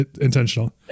intentional